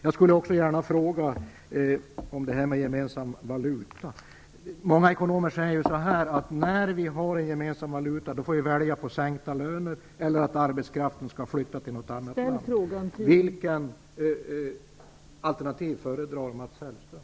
Jag skulle också gärna ställa en fråga om gemensam valuta. Många ekonomer säger att när vi har en gemensam valuta får vi välja mellan sänkta löner eller att arbetskraften flyttar till annat land. Vilket alternativ föredrar Mats Hellström?